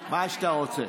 מה שאתה רוצה.